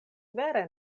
vere